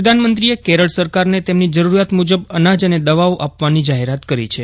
પ્રધાનમંત્રીએ કેરળ સરકારને તેમની જરૂરિયાત મુજબ અનાજ અને દવાઓ આપવાની જાહેરાત કરી છે